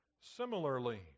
Similarly